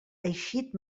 eixit